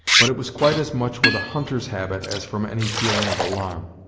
but it was quite as much with a hunter's habit as from any feeling of alarm.